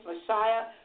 Messiah